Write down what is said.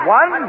one